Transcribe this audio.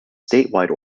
statewide